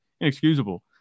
inexcusable